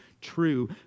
true